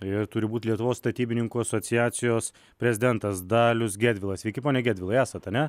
ir turi būt lietuvos statybininkų asociacijos prezidentas dalius gedvilas sveiki pone gedvilai esat ane